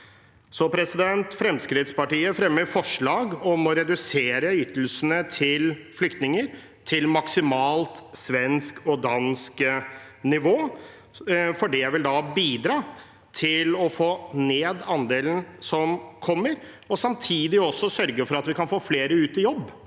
i Norge. Fremskrittspartiet fremmer forslag om å redusere ytelsene til flyktninger til maksimalt svensk og dansk ni vå, for det vil da bidra til å få ned andelen som kommer, og samtidig også sørge for at vi kan få flere ut i jobb.